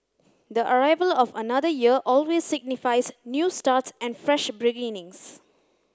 the arrival of another year always signifies new starts and fresh beginnings